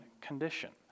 condition